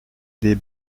des